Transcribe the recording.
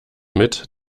mit